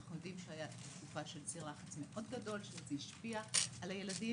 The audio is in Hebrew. אנחנו מבינים שהייתה תקופה של סיר לחץ מאוד גדול שהשפיע על הילדים,